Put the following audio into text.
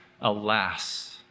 alas